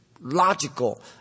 logical